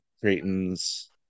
Creighton's